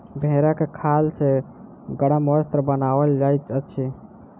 भेंड़क खाल सॅ गरम वस्त्र बनाओल जाइत अछि